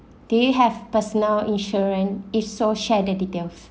they have personal insurance is so share the details